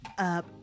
up